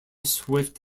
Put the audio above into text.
swift